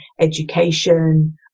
education